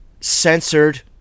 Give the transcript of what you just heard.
censored